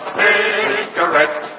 cigarettes